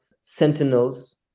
sentinels